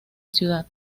ciudad